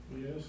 Yes